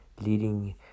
leading